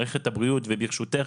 מערכת הבריאות וברשותך,